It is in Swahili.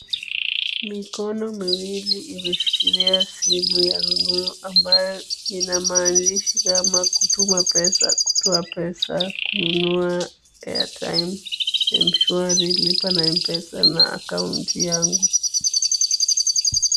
Mikono miwili imeshikilia simu ya rununu, ambayo ina maandishi kama kutuma pesa, kutoa pesa, kununua airtime , Mshwari, lipa na M-Pesa na akaunti yangu.